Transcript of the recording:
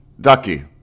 Ducky